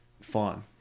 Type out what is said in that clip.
fun